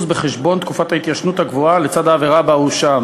בחשבון תקופת ההתיישנות הקבועה לצד העבירה בה הואשם.